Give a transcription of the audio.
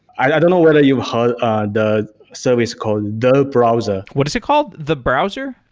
i don't know whether you've heard ah the service called the browser. what is it called, the browser?